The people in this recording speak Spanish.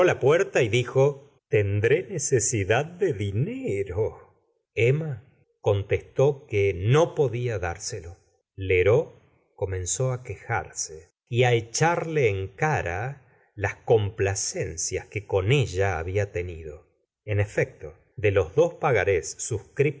la puerta y dijo tendré necesidad de dinero emma contestó que no podía dárselo lheureux comenzó á quejarse y á echarle en cara las com placencias que con ella había tenido en efecto de los dos pagarés